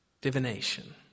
Divination